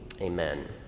amen